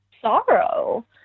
sorrow